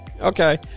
Okay